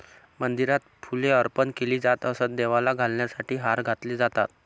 मंदिरात फुले अर्पण केली जात असत, देवाला घालण्यासाठी हार घातले जातात